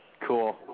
Cool